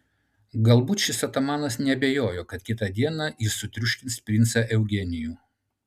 galbūt šis atamanas neabejojo kad kitą dieną jis sutriuškins princą eugenijų